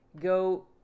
go